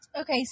Okay